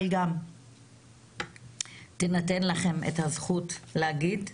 אבל גם תינתן לכם הזכות להגיד.